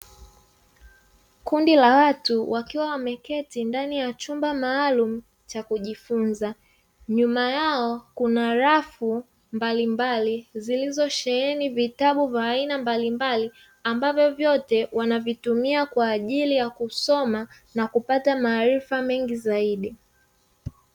Kundi la watu wakiwa wameketi ndani ya chumba maalumu cha kujifunza. Nyuma yao kuna rafu mbalimbali zilizosheheni vitabu vya aina mbalimbali, ambavyo vyote wanavitumia kwa ajili ya kusoma na kupata maarifa mengi zaidi.